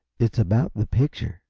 it's about the picture,